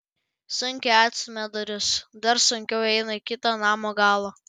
sunkiai atstumia duris dar sunkiau eina į kitą namo galą